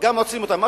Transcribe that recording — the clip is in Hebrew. עוצרים גם אותם.